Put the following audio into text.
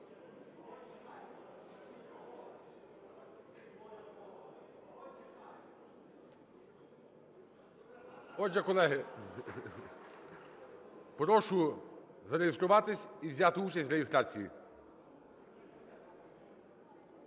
Отже, колеги, прошу зареєструватись і взяти участь в реєстрації.